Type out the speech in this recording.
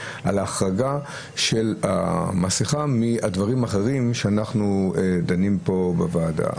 על ההחרגה של המסכה מהדברים האחרים שאנחנו דנים פה בוועדה.